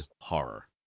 horror